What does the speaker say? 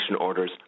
orders